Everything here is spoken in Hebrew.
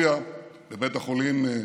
חברת הכנסת יזבק.